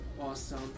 awesome